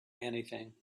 anything